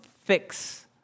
fix